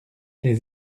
les